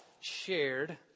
shared